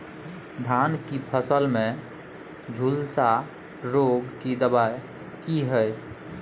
धान की फसल में झुलसा रोग की दबाय की हय?